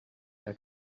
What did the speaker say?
que